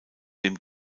dem